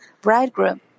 bridegroom